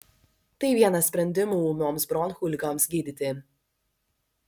tai vienas sprendimų ūmioms bronchų ligoms gydyti